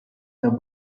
the